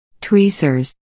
tweezers